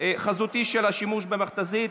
חזותי של השימוש במכת"זית).